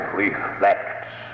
reflects